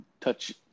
touch